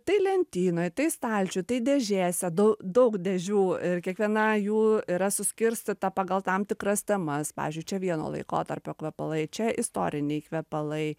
tai lentynoj tai stalčiuj tai dėžėse dau daug dėžių ir kiekviena jų yra suskirstyta pagal tam tikras temas pavyzdžiui čia vieno laikotarpio kvepalai čia istoriniai kvepalai